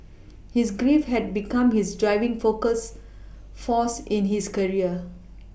his grief had become his driving focus force in his career